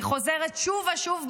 היא חוזרת שוב ושוב בתנ"ך,